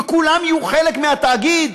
וכולם יהיו חלק מהתאגיד,